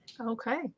Okay